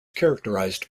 characterized